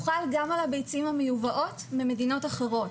הוא חל גם על הביצים המיובאות ממדינות אחרות.